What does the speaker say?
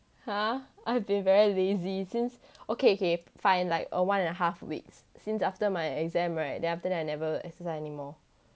!huh! I've been very lazy since okay okay fine like err one and a half weeks since after my exam right then after that I never exercise anymore